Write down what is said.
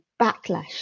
backlash